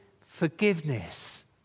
forgiveness